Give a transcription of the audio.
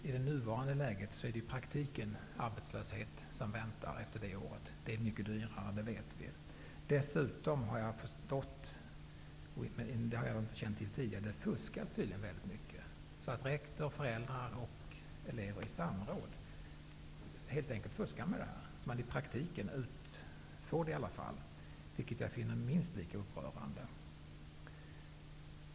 I det nuvarande läget är det i praktiken arbetslöshet som väntar efter det året, och vi vet att det är mycket dyrare. Dessutom har jag förstått, vilket jag inte har känt till tidigare, att det tydligen fuskas rätt mycket. Rektor, föräldrar och elever fuskar helt enkelt i samråd med varandra, så att man i praktiken utfår studiebidraget, vilket jag finner minst lika upprörande.